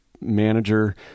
manager